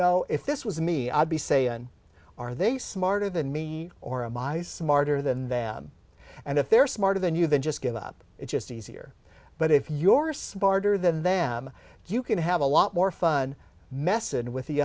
know if this was me i'd be say are they smarter than me or a my smarter than them and if they're smarter than you then just give up it's just easier but if your smarter than them you can have a lot more fun messin with the